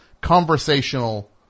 conversational